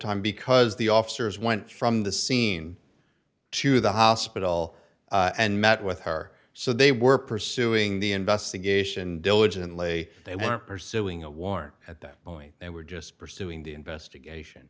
time because the officers went from the scene to the hospital and met with her so they were pursuing the investigation diligently they were pursuing a warrant at that point they were just pursuing the investigation